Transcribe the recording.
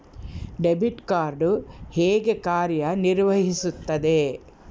Debit card ಹೇಗೆ ಕಾರ್ಯನಿರ್ವಹಿಸುತ್ತದೆ?